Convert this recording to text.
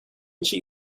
she